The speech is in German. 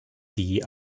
die